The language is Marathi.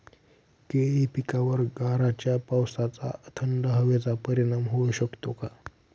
केळी पिकावर गाराच्या पावसाचा, थंड हवेचा परिणाम होऊ शकतो का?